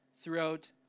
throughout